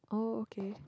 oh okay